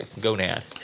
Gonad